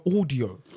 audio